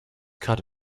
cut